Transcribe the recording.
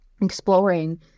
exploring